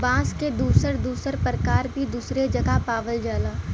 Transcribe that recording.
बांस क दुसर दुसर परकार भी दुसरे जगह पावल जाला